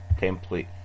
template